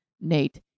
Nate